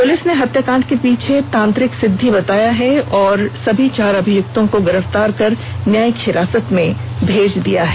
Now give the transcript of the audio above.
police ने हत्याकांड के पीछे का कारण तांत्रिक सिद्धी बताया और सभी चार अभियुक्तों को गिरफ्तार कर न्यायिक हिरासत में भेज दिया है